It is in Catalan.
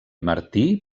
martí